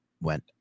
went